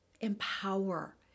empower